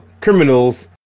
criminals